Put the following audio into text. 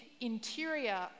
interior